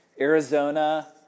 Arizona